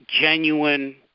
genuine